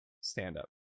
stand-up